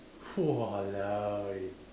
!walao! eh